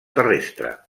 terrestre